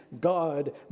God